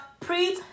Preet